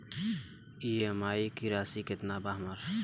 EMI की राशि केतना बा हमर?